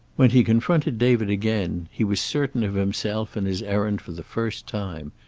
when he confronted david again he was certain of himself and his errand for the first time,